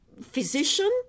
physician